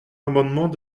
amendement